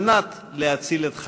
על מנת להציל את חייו.